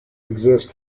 exist